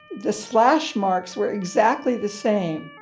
the slash marks were exactly the same.